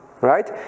right